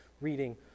reading